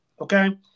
okay